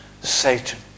Satan